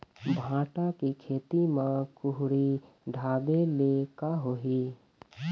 भांटा के खेती म कुहड़ी ढाबे ले का होही?